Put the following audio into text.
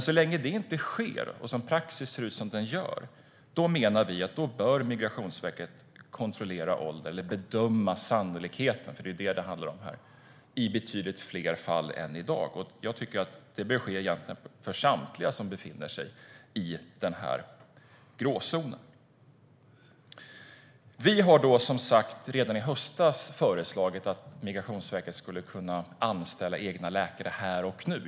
Så långe det inte sker, och när praxis ser ut som den gör, menar vi att Migrationsverket bör kontrollera åldern, eller bedöma sannolikheten, i betydligt fler fall än i dag. Det bör egentligen ske för samtliga som befinner sig i den gråzonen. Vi föreslog redan i höstas att Migrationsverket skulle kunna anställa egna läkare här och nu.